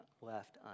left